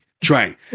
Drank